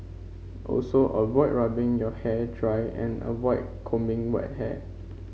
also avoid rubbing your hair dry and avoid combing wet hair